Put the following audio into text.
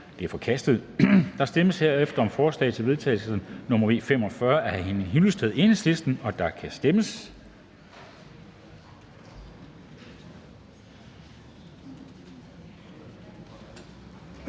46 er forkastet. Der stemmes herefter om forslag til vedtagelse nr. V 45 af Henning Hyllested (EL), og der kan stemmes.